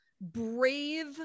brave